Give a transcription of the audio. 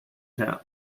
town